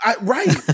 Right